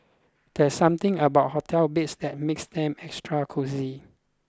there's something about hotel beds that makes them extra cosy